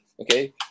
okay